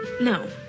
No